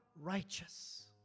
righteous